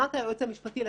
בהסכמת היועץ המשפטי לממשלה.